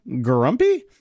grumpy